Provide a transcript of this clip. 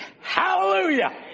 hallelujah